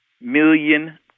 million